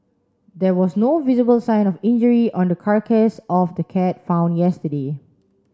there was no visible sign of injury on the carcass of the cat found yesterday